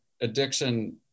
addiction